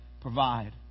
provide